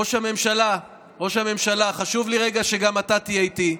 ראש הממשלה, חשוב לי רגע שגם אתה תהיה איתי.